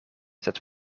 sed